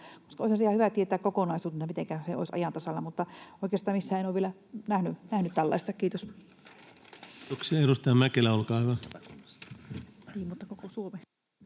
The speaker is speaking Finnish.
ihan hyvä tietää kokonaisuutena, mitenkä se olisi ajan tasalla, mutta oikeastaan missään en ole vielä nähnyt tällaista. — Kiitos. Kiitoksia. — Edustaja Mäkelä, olkaa hyvä.